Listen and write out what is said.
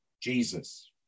Jesus